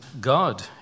God